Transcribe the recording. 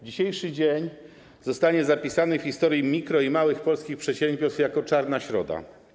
Dzisiejszy dzień zostanie zapisany w historii mikro- i małych polskich przedsiębiorstw jako czarna środa.